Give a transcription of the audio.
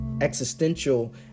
existential